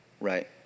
Right